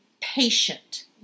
patient